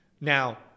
Now